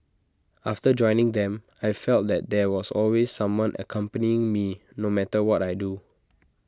after joining them I felt that there was always someone accompanying me no matter what I do